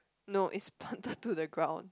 no it's planted to the ground